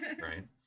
Right